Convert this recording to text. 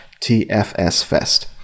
TFSFest